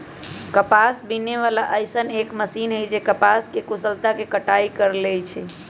कपास बीने वाला अइसन एक मशीन है जे कपास के कुशलता से कटाई कर लेई छई